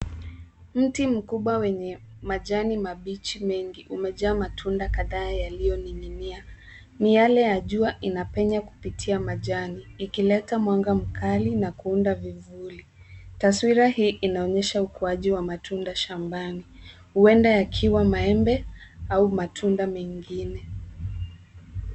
Mti mkubwa wenye majani mabichi mengi umejaa matunda kadhaa yaliyoning'inia. Miale ya jua inapenya kupitia majani, ikileta mwanga mkali na kuunda vivuli. Taswira hii inaonyesha ukuaji wa matunda shambani. Huenda yakiwa maembe au matunda mengine.